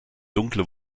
dunkle